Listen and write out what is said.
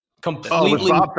completely